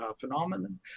phenomenon